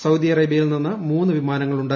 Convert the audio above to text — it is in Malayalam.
സൌദി അറേബ്യയിൽ നിന്ന് മൂന്ന് വിമാനങ്ങളുണ്ട്